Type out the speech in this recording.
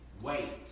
Wait